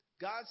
God